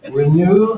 renew